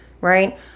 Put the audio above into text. right